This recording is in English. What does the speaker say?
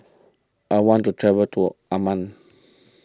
I want to travel to Amman